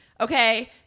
Okay